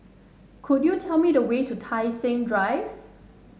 could you tell me the way to Tai Seng Drive